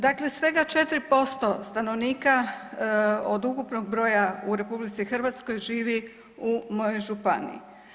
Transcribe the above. Dakle, svega 4% stanovnika od ukupnog broja u RH živi u mojoj županiji.